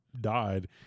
died